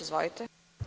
Izvolite.